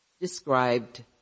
described